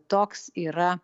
toks yra